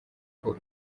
uko